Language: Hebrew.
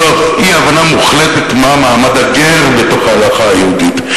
מתוך אי-הבנה מוחלטת מה מעמד הגר בתוך ההלכה היהודית.